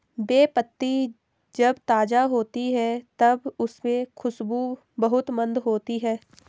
बे पत्ती जब ताज़ा होती है तब उसमे खुशबू बहुत मंद होती है